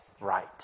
right